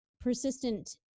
persistent